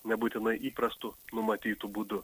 nebūtinai įprastu numatytu būdu